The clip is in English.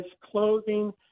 clothing